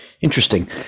Interesting